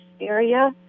area